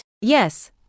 Yes